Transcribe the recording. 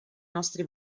nostri